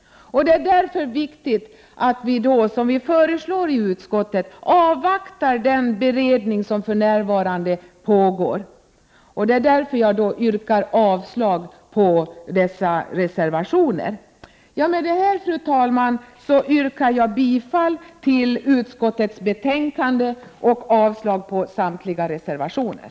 Det är därför viktigt att vi, som utskottsmajoriteten föreslår, avvaktar den beredning som för närvarande pågår. Det är därför jag yrkar avslag på dessa reservationer. Fru talman! Med det anförda yrkar jag bifall till utskottets hemställan och avslag på samtliga reservationer.